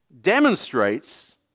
demonstrates